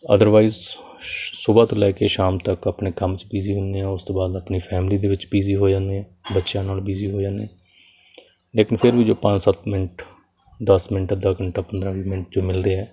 otherwise ਸੁਬਹਾ ਤੋਂ ਲੈ ਕੇ ਸ਼ਾਮ ਤੱਕ ਆਪਣੇ ਕੰਮ 'ਚ ਬਿਜ਼ੀ ਹੁੰਦੇ ਹਾਂ ਉਸ ਤੋਂ ਬਾਅਦ ਆਪਣੀ ਫੈਮਲੀ ਦੇ ਵਿੱਚ ਬਿਜ਼ੀ ਹੋ ਜਾਂਦੇ ਹਾਂ ਬੱਚਿਆਂ ਨਾਲ ਬਿਜ਼ੀ ਹੋ ਜਾਂਦੇ ਲੇਕਿਨ ਫਿਰ ਵੀ ਜੋ ਪੰਜ ਸੱਤ ਮਿੰਟ ਦਸ ਮਿੰਟ ਅੱਧਾ ਘੰਟਾ ਪੰਦਰਾਂ ਵੀਹ ਮਿੰਟ ਜੋ ਮਿਲਦੇ ਆ